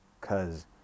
Cause